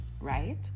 right